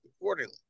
accordingly